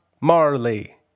Marley